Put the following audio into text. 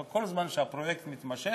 אבל כל זמן שהפרויקט מתמשך,